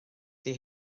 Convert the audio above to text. ydy